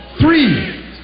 three